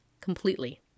completely